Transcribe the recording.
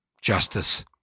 justice